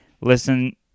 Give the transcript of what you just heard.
Listen